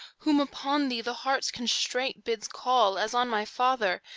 whom upon thee the heart's constraint bids call as on my father,